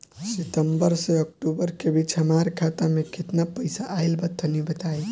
सितंबर से अक्टूबर के बीच हमार खाता मे केतना पईसा आइल बा तनि बताईं?